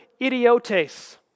idiotes